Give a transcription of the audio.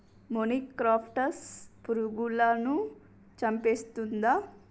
మొనిక్రప్టస్ పురుగులను చంపేస్తుందా?